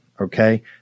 okay